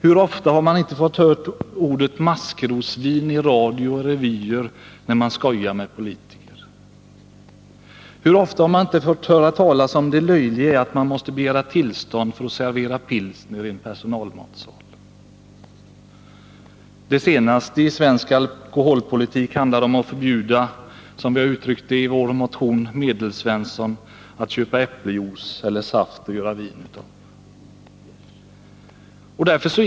Hur ofta har man inte fått höra ordet ”maskrosvin” i radio och i revyer när det skojats med politiker. Hur ofta har man inte fått höra talas om det löjliga i att det krävs tillstånd för servering av pilsner i en personalmatsal. Det senaste i svensk alkoholpolitik handlar, som vi har uttryckt det i vår motion, om att förbjuda Medelsvensson att tillverka snabbvin av inköpt äppeljuice och saft.